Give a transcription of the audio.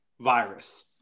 virus